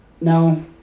No